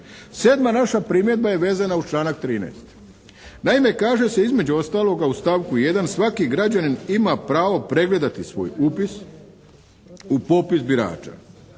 7. naša primjedba je vezana uz članak 13. Naime, kaže se između ostaloga u stavku 1. svaki građanin ima pravo pregledati svoj upis u popis birača.